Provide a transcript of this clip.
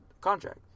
contract